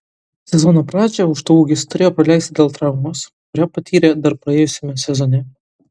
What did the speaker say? sezono pradžią aukštaūgis turėjo praleisti dėl traumos kurią patyrė dar praėjusiame sezone